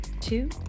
two